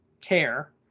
care